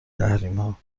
تحریمها